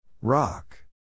Rock